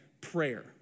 prayer